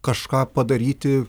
kažką padaryti